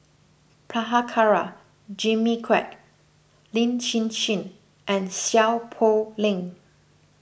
Prabhakara Jimmy Quek Lin Hsin Hsin and Seow Poh Leng